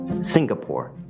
Singapore